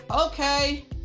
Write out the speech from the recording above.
Okay